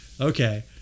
okay